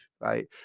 right